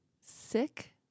sick